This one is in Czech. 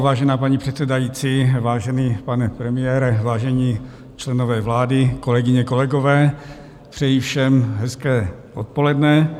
Vážená paní předsedající, vážený pane premiére, vážení členové vlády, kolegyně, kolegové, přeji všem hezké odpoledne.